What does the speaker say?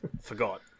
Forgot